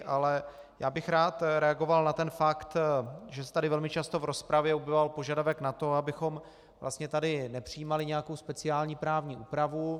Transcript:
Ale já bych rád reagoval na ten fakt, že se tady velmi často v rozpravě objevoval požadavek na to, abychom tady nepřijímali nějakou speciální právní úpravu.